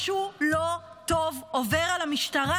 משהו לא טוב עובר על המשטרה.